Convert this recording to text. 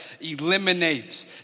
eliminates